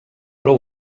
prou